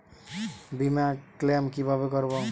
বিমা ক্লেম কিভাবে করব?